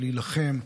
ולהילחם,